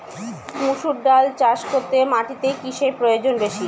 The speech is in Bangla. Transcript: মুসুর ডাল চাষ করতে মাটিতে কিসে প্রয়োজন বেশী?